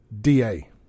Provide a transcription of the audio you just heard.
DA